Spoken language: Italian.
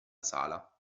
sala